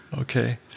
Okay